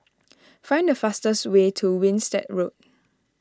find the fastest way to Winstedt Road